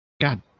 God